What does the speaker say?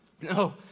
No